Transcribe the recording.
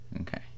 Okay